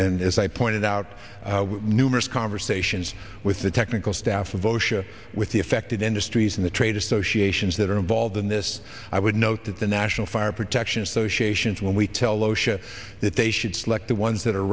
and as i pointed out numerous conversations with the technical staff of osha with the affected industries in the trade associations that are involved in this i would note that the national fire protection associations when we tell osha that they should select the ones that are